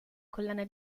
collana